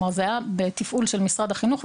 זה היה בתפעול של משרד החינוך,